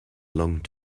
long